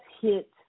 hit